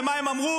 ומה הם אמרו?